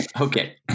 Okay